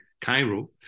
Cairo